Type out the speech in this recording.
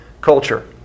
culture